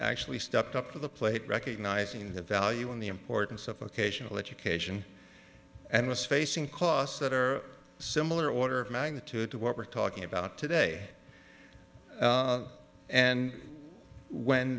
actually stepped up to the plate recognizing the value in the importance of occasional education and was facing costs that are similar order of magnitude to what we're talking about today and when